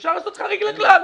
ואפשר לעשות חריג לכלל.